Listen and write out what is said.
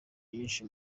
nyinshi